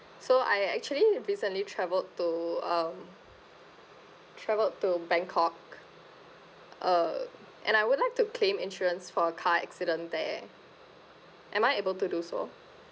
so I actually recently travelled to um travelled to bangkok uh and I would like to claim insurance for a car accident there am I able to do so